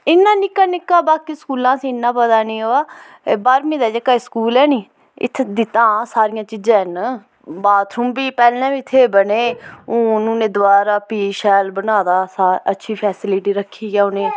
इन्ना निक्का निक्का बाकी स्कूला अस इन्ना पता नी ओह्दा ते बाह्रमी दा जेह्का स्कूल ऐ नी इत्थे हां सारियां चीज़ां न बाथरूम बी पैह्लें बी इत्थे बने हून उ'नें दोबारा फ्ही शैल बनाया दा शैल अच्छी फैसिलिटी रक्खी ऐ उ'नें